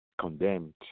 condemned